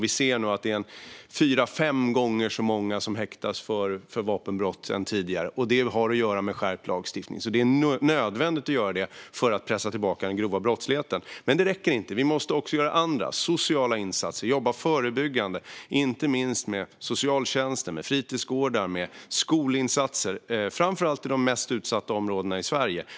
Vi ser att det nu är fyra fem gånger så många som häktas för vapenbrott jämfört med tidigare, och det har att göra med skärpt lagstiftning. Det är alltså nödvändigt att göra detta för att pressa tillbaka den grova brottsligheten. Men detta räcker inte. Vi måste också göra andra, sociala insatser och jobba förebyggande, inte minst med socialtjänsten, fritidsgårdar och skolinsatser, framför allt i de mest utsatta områdena i Sverige.